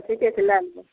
ठीके छै लै लिअ